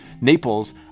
Naples